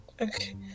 Okay